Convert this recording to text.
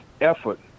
effort